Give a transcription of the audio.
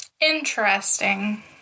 Interesting